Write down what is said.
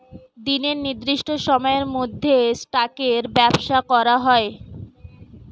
দিনের নির্দিষ্ট সময়ের মধ্যে স্টকের ব্যবসা করা হয়